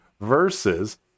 versus